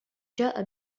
جاء